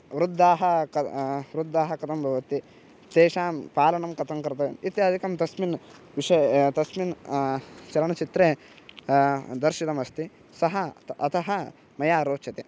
वृद्धाः क वृद्धाः कथं भवन्ति तेषां पालनं कथं कर्तव्यम् इत्यादिकं तस्मिन् विषये तस्मिन् चलनचित्रे दर्शितमस्ति सः त अतः मया रोचते